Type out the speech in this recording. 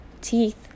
teeth